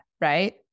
right